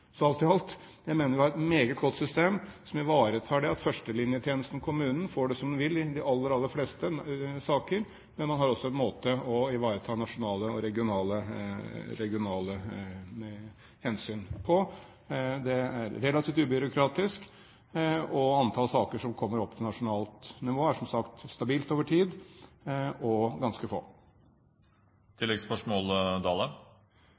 Så alt i alt mener jeg at vi har et meget godt system som ivaretar det at førstelinjetjenesten i kommunen får det som den vil i de aller, aller fleste saker, men man har også en måte å ivareta nasjonale og regionale hensyn på. Det er relativt ubyråkratisk, og antall saker som kommer opp til nasjonalt nivå, er som sagt stabilt over tid og ganske